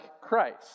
Christ